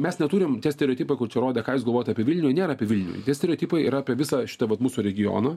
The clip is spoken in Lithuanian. mes neturim tie stereotipai kur čia rodė ką jūs galvojat apie vilnių nėra apie vilnių tie stereotipai yra apie visą šitą vat mūsų regioną